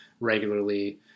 regularly